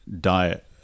diet